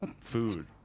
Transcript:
food